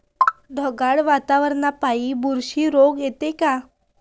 ढगाळ वातावरनापाई बुरशी रोग येते का?